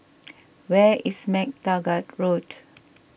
where is MacTaggart Road